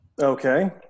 okay